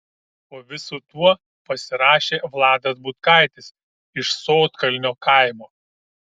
po visu tuo pasirašė vladas butkaitis iš sodkalnio kaimo